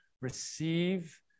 receive